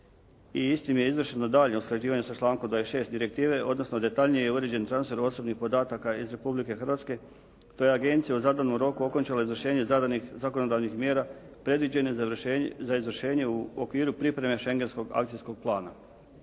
istim je izvršeno daljnje usklađivanje sa člankom 26. direktive odnosno detaljnije je uređen transfer osobnih podataka iz Republike Hrvatske to je agencija u zadanom roku okončala izvršenje zadanih zakonodavnih mjera predviđenih za izvršenje u okviru pripreme Shengenskog akcijskog plana.